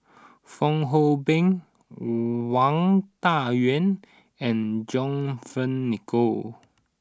Fong Hoe Beng Wang Dayuan and John Fearns Nicoll